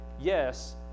yes